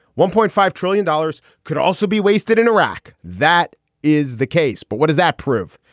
one point five trillion dollars could also be wasted in iraq. that is the case. but what does that prove?